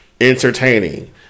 entertaining